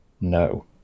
No